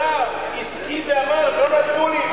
השר הסכים ואמר: לא נתנו לי.